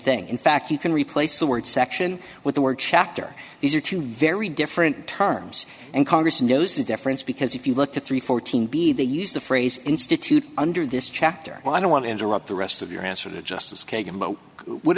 thing in fact you can replace the word section with the word chapter these are two very different terms and congress knows the difference because if you look at three hundred and fourteen be they used the phrase institute under this chapter well i don't want to interrupt the rest of your answer that justice kagan but would